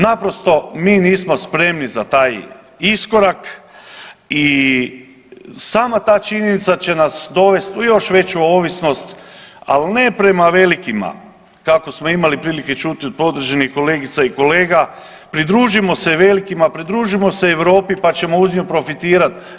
Naprosto mi nismo spremni za taj iskorak i sama ta činjenica će nas dovest u još veću ovisnost, ali ne prema velikima kako smo imali prilike čuti od podržanih kolegica i kolega, pridružimo se velikima, pridružimo se Europi pa ćemo uz nju profitirat.